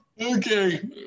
Okay